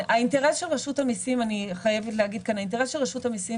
אני חייבת להגיד כאן: האינטרס של רשות המיסים